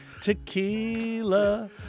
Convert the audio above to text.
Tequila